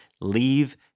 leave